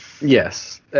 Yes